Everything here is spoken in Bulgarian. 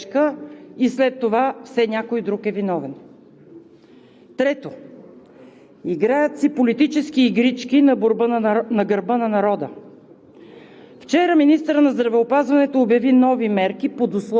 Правителството продължава да действа на принципа „проба-грешка“ и след това все някой друг е виновен. Трето, играят си политически игрички на гърба на народа.